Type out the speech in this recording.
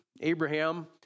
Abraham